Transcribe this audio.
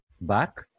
back